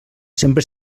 sempre